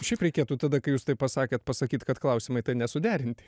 šiaip reikėtų tada kai jūs tai pasakėt pasakyt kad klausimai tai nesuderinti